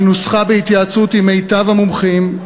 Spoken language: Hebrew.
היא נוסחה בהתייעצות עם מיטב המומחים,